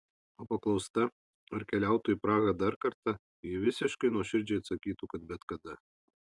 o paklausta ar keliautų į prahą dar kartą ji visiškai nuoširdžiai atsakytų kad bet kada